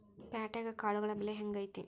ಪ್ಯಾಟ್ಯಾಗ್ ಕಾಳುಗಳ ಬೆಲೆ ಹೆಂಗ್ ಐತಿ?